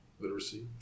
literacy